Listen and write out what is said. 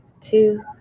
two